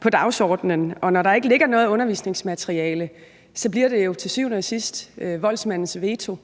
på dagsordenen, og når der ikke ligger noget undervisningsmateriale, bliver det jo til syvende og sidst voldsmandens veto,